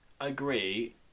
agree